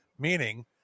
meaning